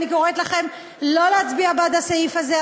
אני קוראת לכם שלא להצביע בעד הסעיף הזה.